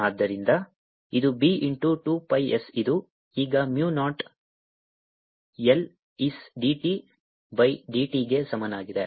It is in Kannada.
ಆದ್ದರಿಂದ ಇದು B ಇಂಟು 2 pi s ಇದು ಈಗ mu naught I is dt by dt ಗೆ ಸಮನಾಗಿದೆ